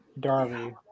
Darby